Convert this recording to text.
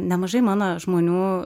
nemažai mano žmonių